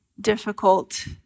difficult